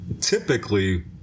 typically